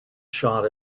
shot